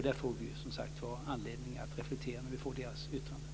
Vi får som sagt anledning att reflektera när vi får dess yttrande.